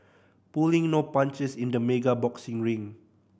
pulling no punches in the mega boxing ring